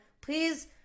please